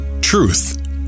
Truth